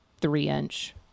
three-inch